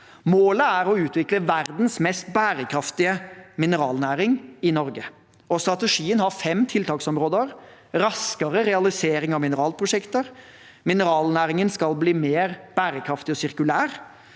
Målet er å utvikle verdens mest bærekraftige mineralnæring i Norge. Strategien har fem tiltaksområder: raskere realisering av mineralprosjekter, mineralnæringen skal bli mer bærekraftig og sirkulær,